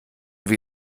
wie